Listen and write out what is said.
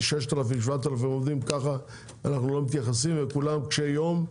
של בין 6,000-7,000 עובדים שהם קשיי יום.